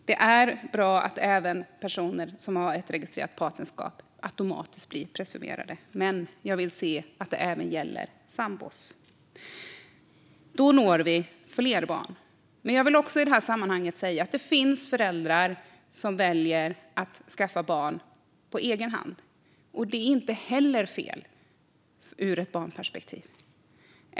Det är bra att även personer som har ett registrerat partnerskap automatiskt blir presumerade, men jag vill se att det även gäller sambor. Då når vi fler barn. Jag vill också i det här sammanhanget säga att det finns föräldrar som väljer att skaffa barn på egen hand. Det är inte heller fel ur ett barnperspektiv.